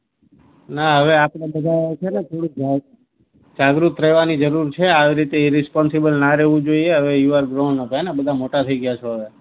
ના હવે આપણે બધાને છે થોડું જાગૃત રહેવાની જરૂર છે આ રીતે ઈર્રિસ્પોન્સિબલ ના રહેવું જોઈએ હવે યુ આર ગ્રોન અપને બધા મોટા થઈ ગયા છો હવે